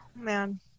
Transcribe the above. Man